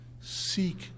Seek